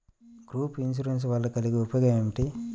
Group insurance వలన కలిగే ఉపయోగమేమిటీ?